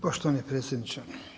Poštovani predsjedniče.